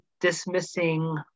Dismissing